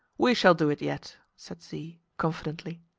we shall do it yet, said z, confidently.